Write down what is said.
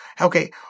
okay